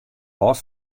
hâld